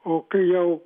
o kai jau